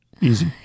Easy